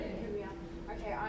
Okay